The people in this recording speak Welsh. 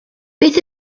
beth